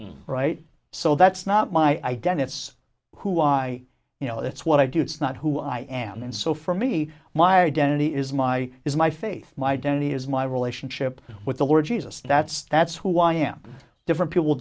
right so that's not my dennis who i you know that's what i do it's not who i am and so for me my identity is my is my faith my identity is my relationship with the lord jesus that's that's who i am different people